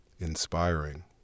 inspiring